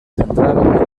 central